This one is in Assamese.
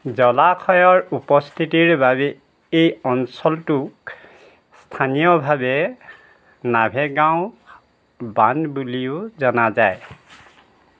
জলাশয়ৰ উপস্থিতিৰ বাবে এই অঞ্চলটোক স্থানীয়ভাৱে নাভেগাঁও বান্ধ বুলিও জনা যায়